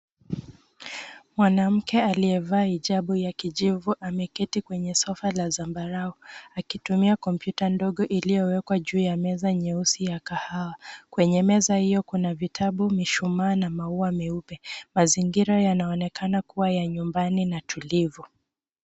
Mwanamke aliyevaa hijabu ya kijivu ameketi kwenye sofa la zambarau akitumia kompyuta ndogo iliyowekwa juu ya meza nyeusi ya kahawa. Kwenye meza hiyo kuna vitabu, mishumaa na maua meupe. Mazingira yanaonekana kuwa ya nyumbani na tulivu.